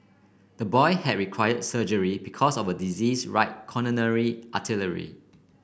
the boy had require surgery because of a disease right coronary artery